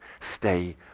Stay